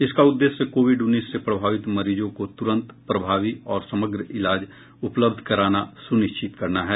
इसका उद्देश्य कोविड उन्नीस से प्रभावित मरीजों को तुरंत प्रभावी और समग्र इलाज उपलब्ध कराना सुनिश्चित करना है